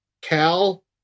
Cal